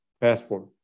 passport